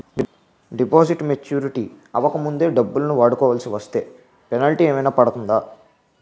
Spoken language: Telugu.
డిపాజిట్ మెచ్యూరిటీ అవ్వక ముందే డబ్బులు వాడుకొవాల్సి వస్తే పెనాల్టీ ఏదైనా పడుతుందా?